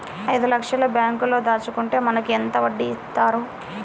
ఐదు లక్షల బ్యాంక్లో దాచుకుంటే మనకు ఎంత వడ్డీ ఇస్తారు?